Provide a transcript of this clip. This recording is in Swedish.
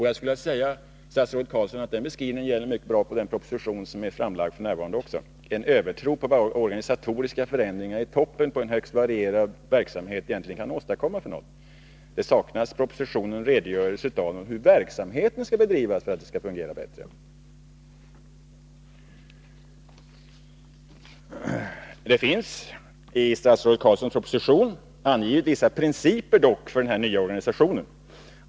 Det är, statsrådet Carlsson, en mycket bra beskrivning också av den proposition som nu är framlagd. Det saknas i propositionen en redogörelse för hur verksamheten skall bedrivas för att det skall fungera bättre. Statsrådet Carlsson uttalar i propositionen dock vissa principer för den nya organisationen.